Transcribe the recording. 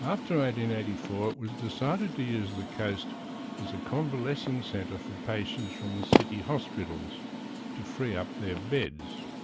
eighty and eighty four it was decided to use the coast as a convalescent centre for patients from the city hospitals to free up their beds.